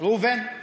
ראובן,